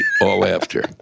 all-after